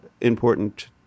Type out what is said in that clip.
important